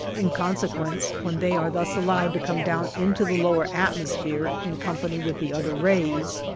in consequence, when they are thus allowed to come down into the lower atmosphere in company with the other rays,